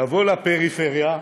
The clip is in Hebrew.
לבוא לפריפריה,